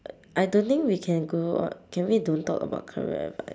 I don't think we can go on can we don't talk about career ev~